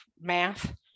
math